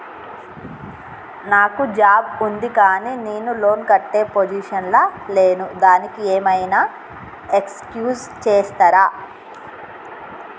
నాకు జాబ్ ఉంది కానీ నేను లోన్ కట్టే పొజిషన్ లా లేను దానికి ఏం ఐనా ఎక్స్క్యూజ్ చేస్తరా?